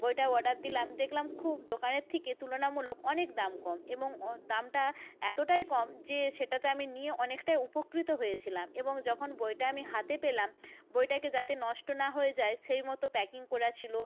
বইটা অর্ডার দিলাম দেখলাম খুব দোকানের থেকে তুলনামূলক অনেক দাম কম এবং দামটা এতটাই কম যে সেটাতে আমি নিয়ে অনেকটাই উপকৃত হয়েছিলাম এবং যখন বইটা আমি হাতে পেলাম বইটাকে যাতে নষ্ট না হয়ে যায় সেই মতো প্যাকিং করা ছিল